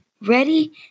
Ready